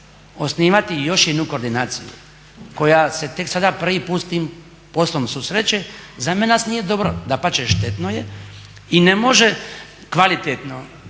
osnivati još jednu koordinaciju koja se tek sada prvi put s tim poslom susreće, za nas nije dobro. Dapače, štetno je i ne može kvalitetno